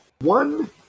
one